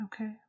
Okay